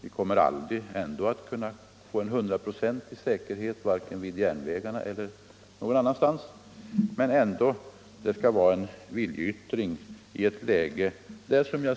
Vi kommer aldrig att kunna få en 100-procentig säkerhet vare sig vid järnvägarna eller någon annanstans, men det bör ändå vara en viljeyttring i dag när vi